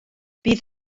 bydd